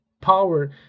power